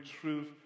truth